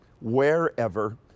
wherever